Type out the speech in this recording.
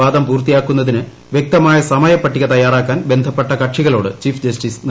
വാദം പൂർത്തിയാക്കുന്നതിന് വ്യക്തമായ സമയപ്പട്ടിക ത്യ്യാറാക്കാൻ ബന്ധപ്പെട്ട കക്ഷികളോട് ചീഫ് ജസ്റ്റിസ് നിർദ്ദേശിച്ചു